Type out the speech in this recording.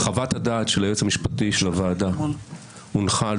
חוות הדעת של היועץ המשפטי של הוועדה הונחה אמש על